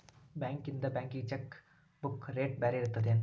ಬಾಂಕ್ಯಿಂದ ಬ್ಯಾಂಕಿಗಿ cheque book rate ಬ್ಯಾರೆ ಇರ್ತದೇನ್